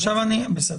בסדר,